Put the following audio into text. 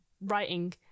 writing